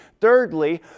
Thirdly